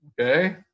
Okay